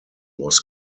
was